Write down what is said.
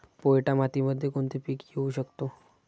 पोयटा मातीमध्ये कोणते पीक घेऊ शकतो?